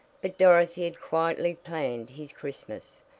but dorothy had quietly planned his christmas.